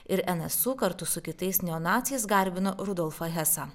ir n s u kartu su kitais neonaciais garbino rudolfą hesą